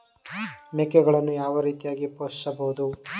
ಮೇಕೆಗಳನ್ನು ಯಾವ ರೀತಿಯಾಗಿ ಪೋಷಿಸಬಹುದು?